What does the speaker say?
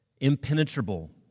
impenetrable